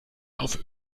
auf